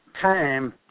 time